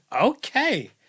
okay